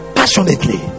passionately